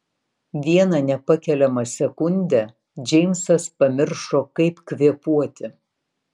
vieną nepakeliamą sekundę džeimsas pamiršo kaip kvėpuoti